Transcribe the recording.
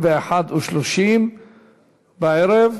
21:30,